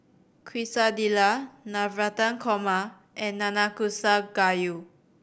Quesadillas Navratan Korma and Nanakusa Gayu